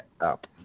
up